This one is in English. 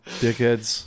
dickheads